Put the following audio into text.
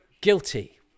Guilty